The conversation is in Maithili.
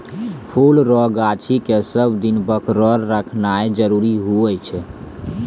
फुल रो गाछी के सब दिन बरकोर रखनाय जरूरी हुवै छै